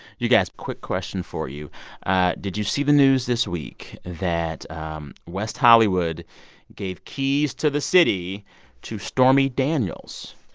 you guys, quick question for you did you see the news this week that um west hollywood gave keys to the city to stormy daniels?